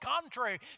contrary